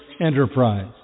enterprise